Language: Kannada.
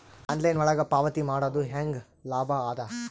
ಆನ್ಲೈನ್ ಒಳಗ ಪಾವತಿ ಮಾಡುದು ಹ್ಯಾಂಗ ಲಾಭ ಆದ?